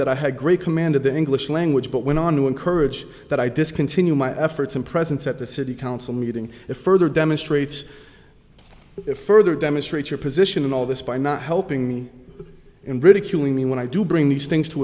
that i had great command of the english language but went on to encourage that i discontinue my efforts and presence at the city council meeting it further demonstrates it further demonstrates your position in all this by not helping me in ridiculing me when i do bring these things to